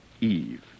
Eve